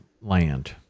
land